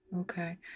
Okay